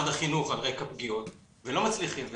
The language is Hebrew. רקע פגיעות ולא מצליחים,